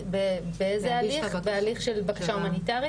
לא רק בישראל --- אבל את שמעת עכשיו שנשים לא קיבלו את החיסון.